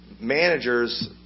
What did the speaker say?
managers